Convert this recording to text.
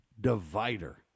divider